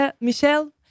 Michelle